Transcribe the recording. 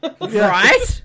Right